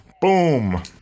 boom